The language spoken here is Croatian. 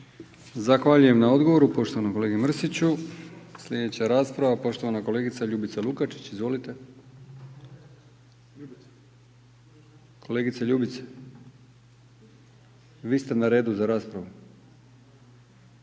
Zahvaljujem na odgovor poštovanom kolegi Mrsiću, sljedeća rasprava, poštovana kolegica Ljubica Lukačić, izvolite. Kolegice Ljubice, vi ste na redu za raspravu,